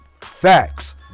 Facts